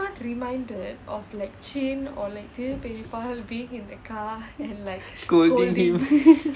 scolding him